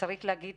צריך להגיד